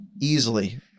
easily